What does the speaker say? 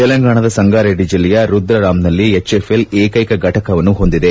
ತೆಲಂಗಾಣದ ಸಂಗಾರೆಡ್ಡಿ ಜಿಲ್ಲೆಯ ರುದ್ರರಾಮ್ನಲ್ಲಿ ಎಚ್ಎಫ್ಎಲ್ ಏಕ್ಷೆಕ ಫಟಕವನ್ನು ಹೊಂದಿದೆ